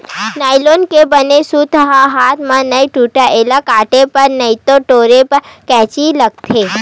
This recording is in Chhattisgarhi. नाइलोन के बने सूत ह हाथ म नइ टूटय, एला काटे बर नइते टोरे बर कइची लागथे